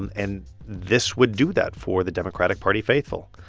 and and this would do that for the democratic party faithful.